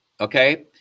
okay